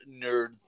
Nerd